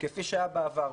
וכפי שהיה בעבר,